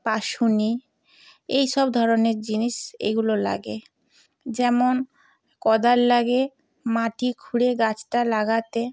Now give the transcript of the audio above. পাশুনি এইসব ধরনের জিনিস এইগুলো লাগে যেমন কোদাল লাগে মাটি খুঁড়ে গাছটা লাগাতে